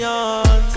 on